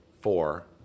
four